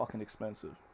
expensive